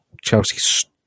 Chelsea